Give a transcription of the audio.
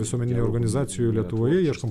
visuomeninių organizacijų lietuvoje ieškome